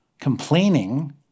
complaining